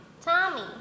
Tommy